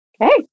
Okay